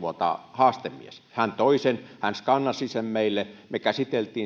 haastemies tämä toi sen hän skannasi sen meille me käsittelimme